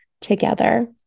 together